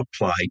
apply